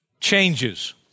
changes